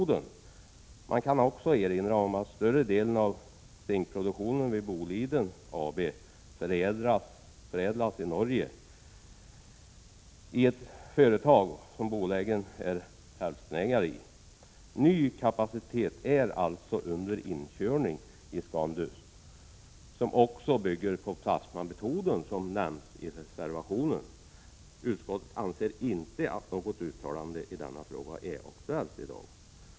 Det kan också erinras om att större delen av zinkproduktionen vid Boliden AB förädlas i Norge, vid ett företag som Boliden är hälftenägare i. Ny kapacitet är alltså under inkörning vid ScanDust, en anläggning som bygger på plasmametoden, vilken också nämns i reservationen. Utskottet anser inte att något uttalande i denna fråga är aktuellt i dag.